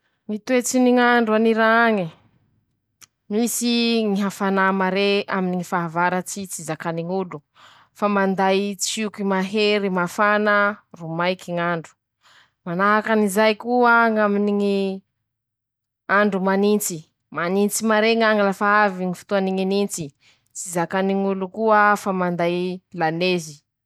Ñy toetsy ny ñ'andro an'Iran añy 5: Misy ñy hafanà maré aminy ñy fahavaratsy tsy zakany ñ'olo, fa manday tsioky mahery mafana ro maiky ñ'andro, manahakan'izay koa ñy aminy ñy, andro manintsy, manintsy maré ñañy lafa avy ñy fotoany ñy nintsy, tsy zakany ñ'olo koa fa manday lanezy.